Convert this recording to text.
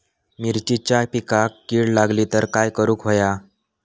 मिरचीच्या पिकांक कीड लागली तर काय करुक होया?